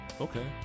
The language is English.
Okay